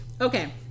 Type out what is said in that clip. Okay